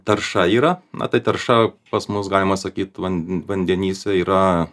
tarša yra na tai tarša pas mus galima sakyt van vandenyse yra